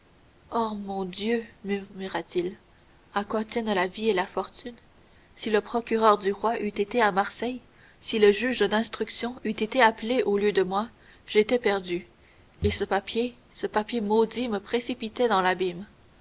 ô mon dieu murmura-t-il à quoi tiennent la vie et la fortune si le procureur du roi eût été à marseille si le juge d'instruction eût été appelé au lieu de moi j'étais perdu et ce papier ce papier maudit me précipitait dans l'abîme